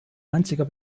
einziger